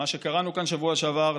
מה שקראנו כאן בשבוע שעבר,